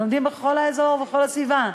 הם לומדים בכל האזור ובכל הסביבה,